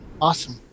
Awesome